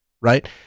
right